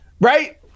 Right